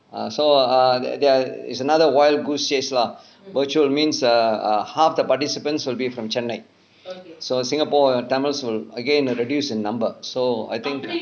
err so uh they are it's another wild goose chase lah virtual means err err half the participants will be from chennai so singapore tamils will again reduce in number so I think